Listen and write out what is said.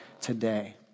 today